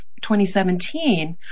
2017